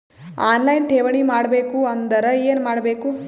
On line ಠೇವಣಿ ಮಾಡಬೇಕು ಅಂದರ ಏನ ಮಾಡಬೇಕು?